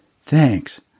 Thanks